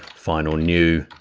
final new,